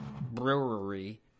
brewery